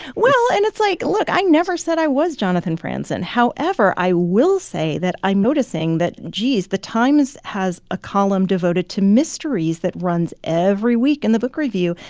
well and it's like look i never said i was jonathan franzen. however, i will say that i'm noticing that, geez, the times has a column devoted to mysteries that runs every week in the book review.